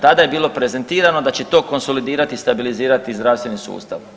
Tada je bilo prezentirano da će to konsolidirati i stabilizirati zdravstveni sustav.